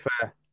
fair